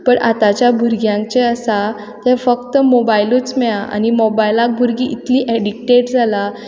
तर आतांच्या भुरग्यांचें जें आसा तें फक्त मोबायलूच मेळ्ळा आनी मोबायलाक भुरगीं इतलीं एडीक्टेड जाला